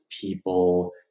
people